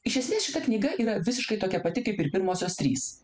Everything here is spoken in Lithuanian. iš esmės šita knyga yra visiškai tokia pati kaip ir pirmosios trys